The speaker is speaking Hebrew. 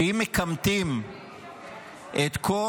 אם מכמתים את כל